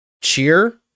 cheer